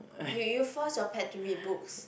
you you force your pet to read books